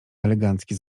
elegancki